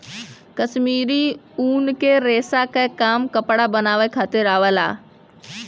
कश्मीरी ऊन के रेसा क काम कपड़ा बनावे खातिर आवला